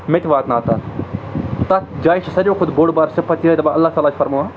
مےٚ تہِ واتناو تَتھ تَتھ جایہِ چھِ ساروی کھۄتہٕ بوٚڈ بار صِفت دپان اللہ تعالیٰ چھُ فرماوان